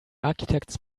architects